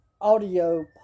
Audio